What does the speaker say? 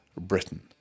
britain